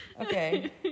Okay